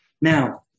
Now